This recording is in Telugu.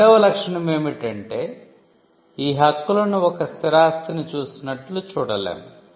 రెండవ లక్షణం ఏమిటంటే ఈ హక్కులను ఒక స్థిరాస్తి ను చూసినట్లు చూడలేము